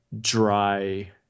dry